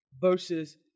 versus